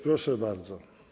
Proszę bardzo.